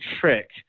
trick